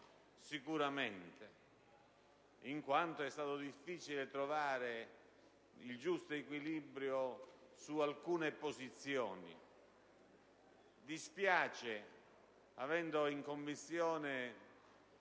in sospeso, in quanto è stato difficile trovare il giusto equilibrio su alcune posizioni. Dispiace, essendosi in Commissione